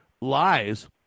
lies